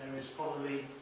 is probably